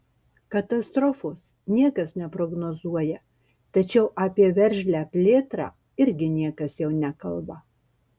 katastrofos niekas neprognozuoja tačiau apie veržlią plėtrą irgi niekas jau nekalba